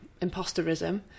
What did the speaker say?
imposterism